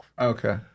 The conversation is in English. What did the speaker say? Okay